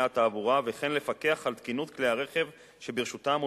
התעבורה וכן לפקח על תקינות כלי הרכב שברשותם,